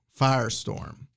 Firestorm